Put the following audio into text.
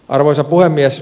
arvoisa puhemies